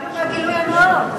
נבהלנו מהגילוי הנאות.